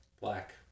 Black